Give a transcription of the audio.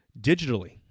Digitally